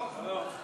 לא.